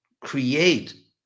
create